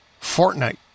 Fortnite